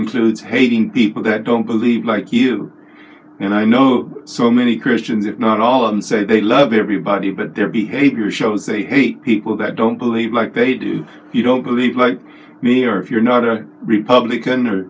includes hating people that don't believe like you and i know so many christians if not all and say they love everybody but their behavior shows they hate people that don't believe like they do you don't believe like me or if you're not a republican or